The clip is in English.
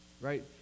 Right